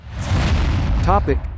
topic